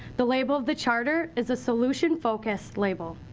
the label of the charter is a solution-focused label.